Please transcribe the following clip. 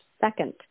second